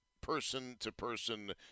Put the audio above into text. person-to-person